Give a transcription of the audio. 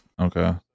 Okay